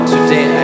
Today